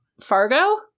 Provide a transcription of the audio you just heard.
Fargo